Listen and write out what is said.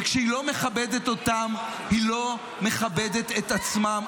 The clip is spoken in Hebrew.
וכשהיא לא מכבדת אותם, היא לא מכבדת את עצמה.